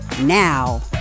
now